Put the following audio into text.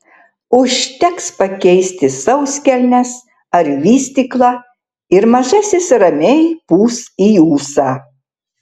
užteks pakeisti sauskelnes ar vystyklą ir mažasis ramiai pūs į ūsą